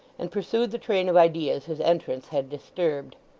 and pursued the train of ideas his entrance had disturbed.